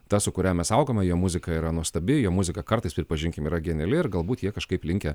ta su kuria mes augome jo muzika yra nuostabi jo muzika kartais pripažinkim yra geniali ir galbūt jie kažkaip linkę